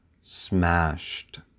smashed